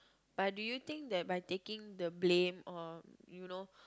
but do you think that by taking the blame or you know